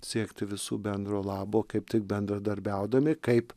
siekti visų bendro labo kaip tik bendradarbiaudami kaip